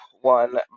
one